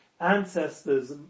ancestors